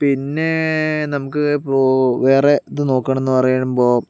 പിന്നെ നമുക്ക് ഇപ്പോൾ വേറെ ഇതു നോക്കുകാണ് പറയുമ്പോൾ